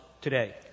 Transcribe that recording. today